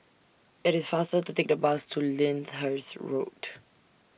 IT IS faster to Take The Bus to Lyndhurst Road